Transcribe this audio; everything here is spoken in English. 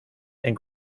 and